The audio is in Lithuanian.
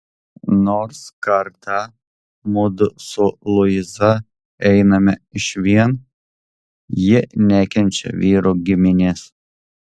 nors kartą mudu su luiza einame išvien ji nekenčia vyro giminės